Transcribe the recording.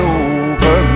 over